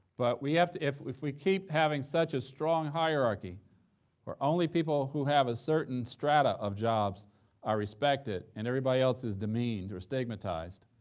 but we have to if if we keep having such a strong hierarchy where only people who have a certain strata of jobs are respected, and everybody else is demeaned or stigmatized,